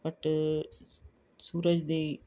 but ਸੂਰਜ ਦੀ